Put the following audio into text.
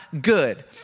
good